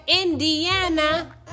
Indiana